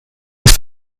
ist